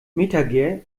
metager